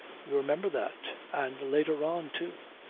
you remember that. and later on, too.